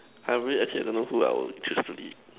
I would actually I don't know who I will choose to lead